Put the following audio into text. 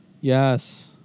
Yes